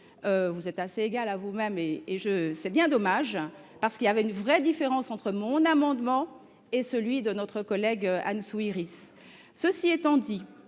vous restez égale à vous même, et c’est bien dommage, parce qu’il y avait une vraie différence entre mon amendement et celui de notre collègue Anne Souyris. Cela étant,